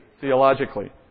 theologically